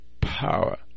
power